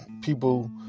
people